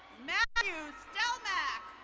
mathew stomach.